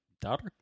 daughter